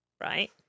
right